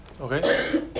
Okay